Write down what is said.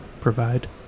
provide